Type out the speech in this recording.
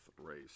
race